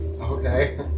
Okay